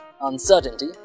uncertainty